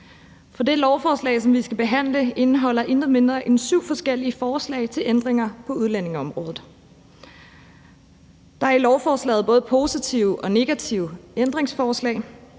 for det lovforslag, som vi skal behandle, indeholder intet mindre end syv forskellige forslag til ændringer på udlændingeområdet. Der er i lovforslaget både positive og negative ændringsforslag,